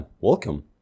welcome